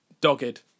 dogged